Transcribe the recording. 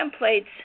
templates